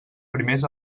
primers